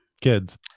kids